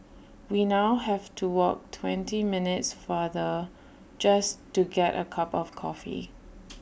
we now have to walk twenty minutes farther just to get A cup of coffee